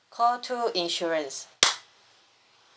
call two insurance